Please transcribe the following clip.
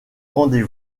rendez